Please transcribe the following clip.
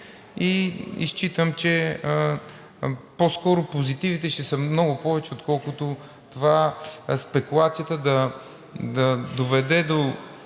Считам, че по-скоро позитивите ще са много повече, отколкото това спекулацията да доведе до